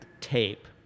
tape